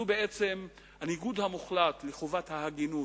זה בעצם הניגוד המוחלט לחובת ההגינות,